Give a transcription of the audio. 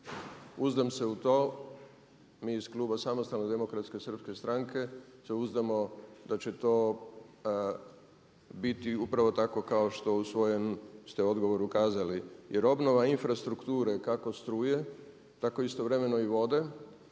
Uzdam se u to, mi iz kluba SDSS-a se uzdamo da će to biti upravo tako kao što u svojem ste odgovoru kazali. Jer obnova infrastrukture kako struje tako i istovremeno i vode,